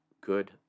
good